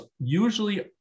Usually